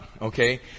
okay